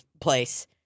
place